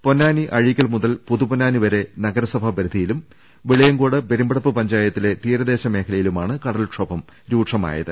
പൊന്നാനി അഴീക്കൽ മുതൽ പുതുപൊന്നാനി വരെ നഗരസഭാ പരിധിയിലും വെളിയങ്കോട് പെരുമ്പടപ്പ് പഞ്ചായത്തിലെ തീരദേശ മേഖലയിലുമാണ് കടൽക്ഷോഭം രൂക്ഷമായത്